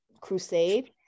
crusade